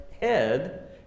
head